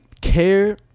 care